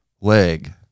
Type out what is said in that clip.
leg